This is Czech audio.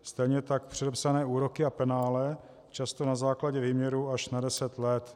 Stejně tak předepsané úroky a penále, často na základě výměru až na deset let.